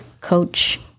coach